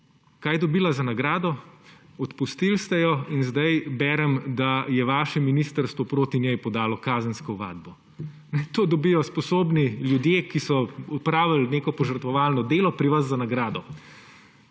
Kaj je dobila za nagrado? Odpustili ste jo in zdaj berem, da je vaše ministrstvo proti njej podalo kazensko ovadbo. To dobijo sposobni ljudje, ki so opravili neko požrtvovalno delo pri vas za nagrado.